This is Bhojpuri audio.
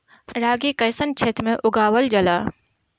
रागी कइसन क्षेत्र में उगावल जला?